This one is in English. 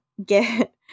Get